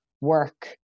work